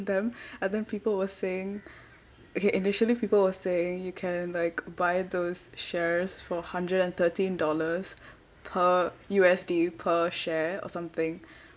them I think people were saying okay initially people will saying you can like buy those shares for hundred and thirteen dollars per U_S_D per share or something